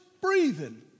breathing